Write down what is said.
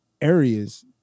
areas